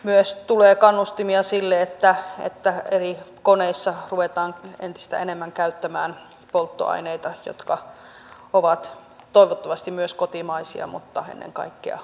myös tulee kannustimia sille että eri koneissa ruvetaan entistä enemmän käyttämään polttoaineita jotka ovat toivottavasti myös kotimaisia mutta ennen kaikkea uusiutuvia